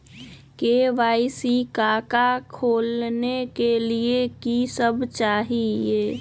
KYC का का खोलने के लिए कि सब चाहिए?